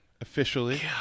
officially